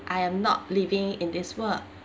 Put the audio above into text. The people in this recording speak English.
I am not living in this world